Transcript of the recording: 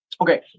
Okay